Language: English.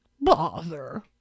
Bother